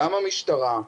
גם המשטרה.